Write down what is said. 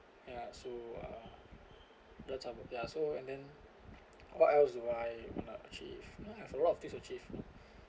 ya so uh that's how ya so and then what else do I wanna achieve you know I have a lot of things to achieve